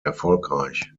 erfolgreich